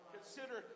Consider